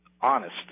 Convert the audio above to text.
honest